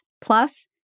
plus